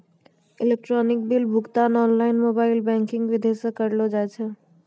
electronic bill भुगतान online mobile banking विधि से करलो जाय छै